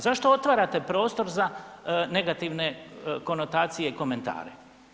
Zašto otvarate prostor za negativne konotacije i komentare?